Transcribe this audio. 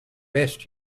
best